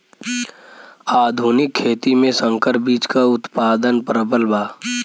आधुनिक खेती में संकर बीज क उतपादन प्रबल बा